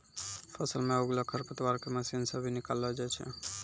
फसल मे उगलो खरपतवार के मशीन से भी निकालो जाय छै